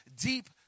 Deep